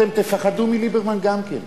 אתם תפחדו מליברמן גם כן,